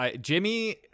Jimmy